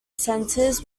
centres